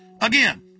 Again